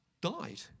died